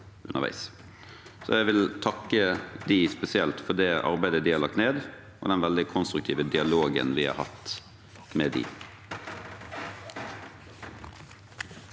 Jeg vil takke dem spesielt for det arbeidet de har lagt ned og for den veldig konstruktive dialogen vi har hatt med dem.